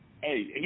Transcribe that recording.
hey